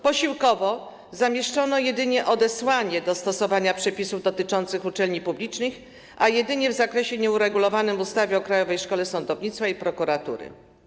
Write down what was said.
Posiłkowo zamieszczono odesłanie do stosowania przepisów dotyczących uczelni publicznych jedynie w zakresie nieuregulowanym w ustawie o Krajowej Szkole Sądownictwa i Prokuratury.